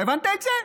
אתה הבנת את זה?